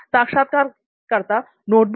साक्षात्कारकर्ता नोटबुक